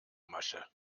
masche